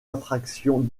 attractions